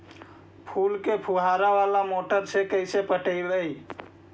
फूल के फुवारा बाला मोटर से कैसे पटइबै?